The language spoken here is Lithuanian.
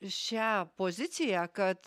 šią poziciją kad